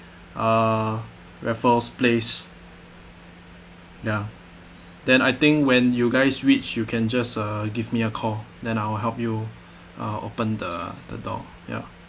uh raffles place ya then I think when you guys reach you can just uh give me a call then I will help you uh open the the door ya